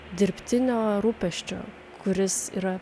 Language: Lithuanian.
dirbtinio rūpesčio kuris yra